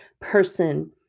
person